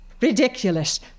ridiculous